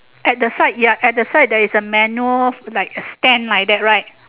at the side ya at the side there is a manhole like a stand like that right